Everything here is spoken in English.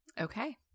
Okay